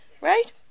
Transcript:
right